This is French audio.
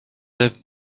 œuvres